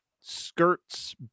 skirts